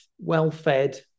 well-fed